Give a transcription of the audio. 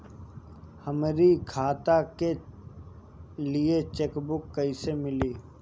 हमरी खाता के लिए चेकबुक कईसे मिली?